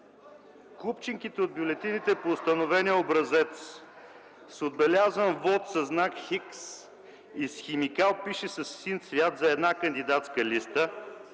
Купчинките от бюлетините по установения образец с отбелязан вот със знак „Х” и с химикал, пише със син цвят за една кандидатска листа.